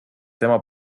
tema